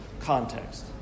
context